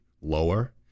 lower